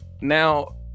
Now